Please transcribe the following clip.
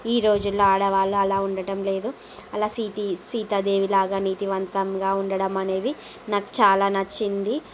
ఈ రోజుల్లో ఆడవాళ్ళు అలా ఉండటం లేదు అలా సిటీ సీత దేవి లాగా నీతివంతంగా ఉండడం అనేది నాకు చాలా నచ్చింది